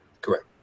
Correct